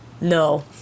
No